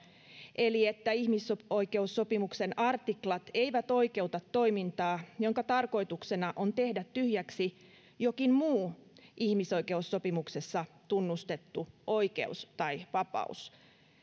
eli sen että ihmisoikeussopimuksen artiklat eivät oikeuta toimintaa jonka tarkoituksena on tehdä tyhjäksi jokin muu ihmisoikeussopimuksessa tunnustettu oikeus tai vapaus